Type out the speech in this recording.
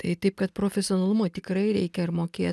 tai taip kad profesionalumo tikrai reikia ir mokėt